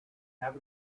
have